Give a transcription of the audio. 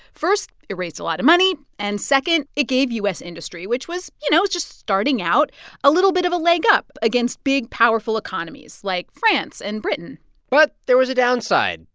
first, it raised a lot of money. and second, it gave u s. industry, which was you know, it was just starting out a little bit of a leg up against big, powerful economies like france and britain but there was a downside.